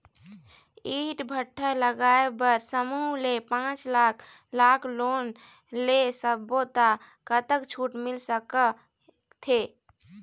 ईंट भट्ठा लगाए बर समूह ले पांच लाख लाख़ लोन ले सब्बो ता कतक छूट मिल सका थे?